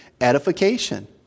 edification